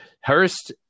Hurst